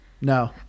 No